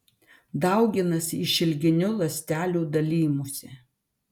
dauginasi išilginiu ląstelių dalijimusi